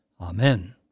Amen